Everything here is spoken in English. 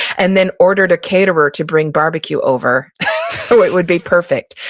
and then ordered a caterer to bring barbecue over so it would be perfect.